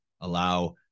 allow